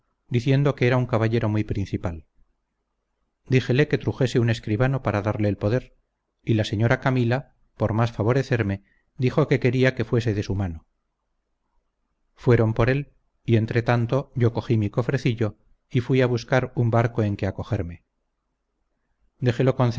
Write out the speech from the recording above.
diciendo que era un caballero muy principal díjele que trujese un escribano para darle el poder y la señora camila por más favorecerme dijo que quería que fuese de su mano fueron por él y entretanto yo cogí mi cofrecillo y fui a buscar un barco en que acogerme dejélo